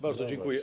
Bardzo dziękuję.